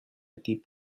deep